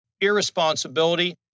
irresponsibility